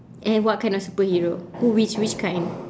and what kind of superhero who which which kind